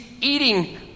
eating